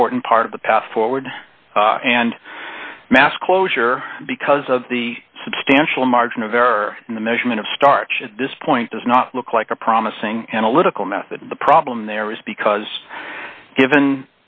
important part of the path forward and mass closure because of the substantial margin of error in the measurement of starch at this point does not look like a promising analytical method the problem there is because given